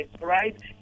right